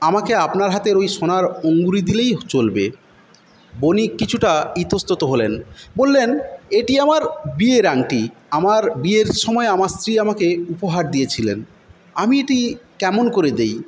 আমাকে আপনার হাতের ঐ সোনার অঙ্গুরী দিলেই চলবে বণিক কিছুটা ইতস্তত হলেন বললেন এটি আমার বিয়ের আংটি আমার বিয়ের সময় আমার স্ত্রী আমাকে উপহার দিয়েছিলেন আমি এটি কেমন করে দেই